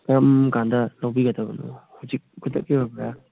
ꯀꯔꯝꯀꯥꯟꯗ ꯂꯧꯕꯤꯒꯗꯕꯅꯣ ꯍꯧꯖꯤꯛ ꯈꯨꯗꯛꯀꯤ ꯑꯣꯏꯕ꯭ꯔꯥ